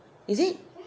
is it